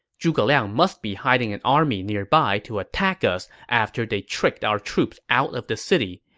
zhuge liang must be hiding an army nearby to attack us after they tricked our troops out of the city.